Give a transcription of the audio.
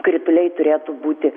krituliai turėtų būti